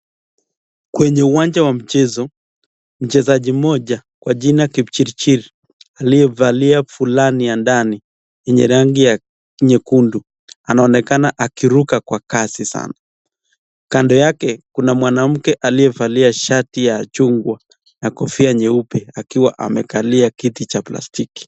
Kwenye uwanja wa michezo mchezaji mmoja, kwa jina Kipchirchir aliyevalia fulana ya ndani yenye rangi nyekundu , anaonekana akiruka kwa kasi sana , kando yake kuna mwanamke aliyevalia shati ya rangi ya chungwa na kofia nyeupe akiwa amekalia kiti cha plastiki.